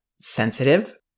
sensitive